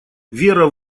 вера